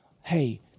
Hey